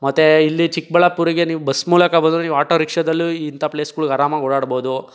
ಮತ್ತೆ ಇಲ್ಲಿ ಚಿಕ್ಕಬಳ್ಳಾಪುರಿಗೆ ನೀವು ಬಸ್ ಮೂಲಕ ಬಂದ್ರೂ ನೀವು ಆಟೋ ರಿಕ್ಷಾದಲ್ಲೂ ಇಂಥ ಪ್ಲೇಸ್ಗಳಿಗೆ ಆರಾಮಾಗಿ ಓಡಾಡಬಹುದು